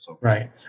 Right